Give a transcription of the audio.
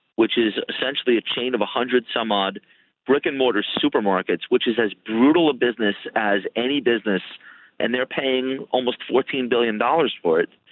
which is essentially a chain of one hundred some odd brick-and-mortar supermarkets which is as brutal a business as any business and they're paying almost fourteen billion dollars for it.